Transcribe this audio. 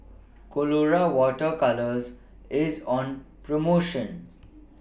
Colora Water Colours IS on promotion